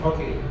Okay